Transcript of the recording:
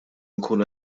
nkunu